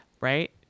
right